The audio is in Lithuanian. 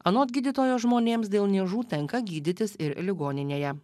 anot gydytojo žmonėms dėl niežų tenka gydytis ir ligoninėje